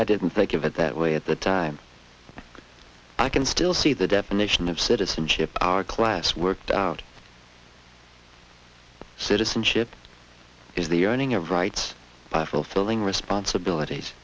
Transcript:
i didn't think of it that way at the time i can still see the definition of citizenship our class worked out citizenship is the earning of rights by fulfilling responsibilities